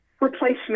replacement